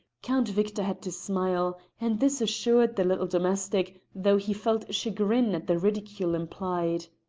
count victor had to smile and this assured the little domestic, though he felt chagrin at the ridicule implied.